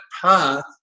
path